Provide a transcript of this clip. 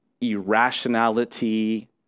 irrationality